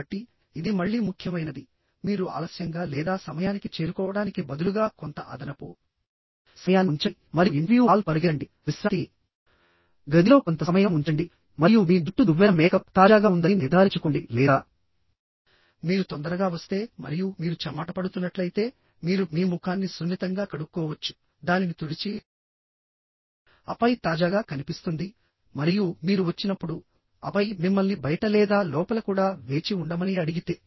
కాబట్టి ఇది మళ్ళీ ముఖ్యమైనది మీరు ఆలస్యంగా లేదా సమయానికి చేరుకోవడానికి బదులుగా కొంత అదనపు సమయాన్ని ఉంచండి మరియు ఇంటర్వ్యూ హాల్కు పరుగెత్తండి విశ్రాంతి గదిలో కొంత సమయం ఉంచండి మరియు మీ జుట్టు దువ్వెన మేకప్ తాజాగా ఉందని నిర్ధారించుకోండి లేదా మీరు తొందరగా వస్తే మరియు మీరు చెమట పడుతున్నట్లయితే మీరు మీ ముఖాన్ని సున్నితంగా కడుక్కోవచ్చు దానిని తుడిచి ఆపై తాజాగా కనిపిస్తుంది మరియు మీరు వచ్చినప్పుడు ఆపై మిమ్మల్ని బయట లేదా లోపల కూడా వేచి ఉండమని అడిగితే